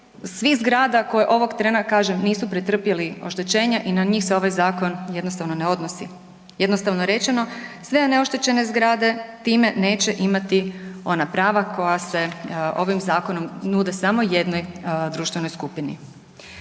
svih zgrada koje ovog trena nisu pretrpjeli oštećenje i na njih se ovaj zakon jednostavno ne odnosi. Jednostavno rečeno, sve neoštećene zgrade time neće imati ona prava koja se ovim zakonom nude samo jednoj društvenoj skupini.